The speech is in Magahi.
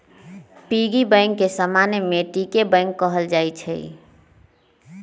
पिगी बैंक के समान्य माटिके बैंक कहल जाइ छइ